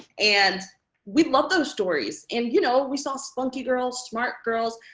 and we'd love those stories. and, you know, we saw spunky girls, smart girls,